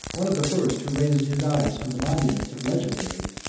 one of the first who raised his eyes from the monuments of legendary,